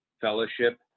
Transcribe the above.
fellowship